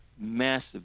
massive